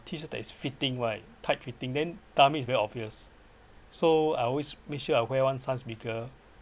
t-shirts that is fitting wise tight fitting then tummy is very obvious so I always make sure I wear one size bigger